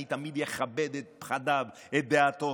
אני תמיד אכבד את פחדיו,